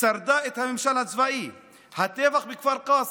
שרדה את הממשל הצבאי, הטבח בכפר קאסם,